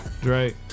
Drake